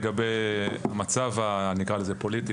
לגבי המצב הפוליטי,